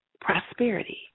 prosperity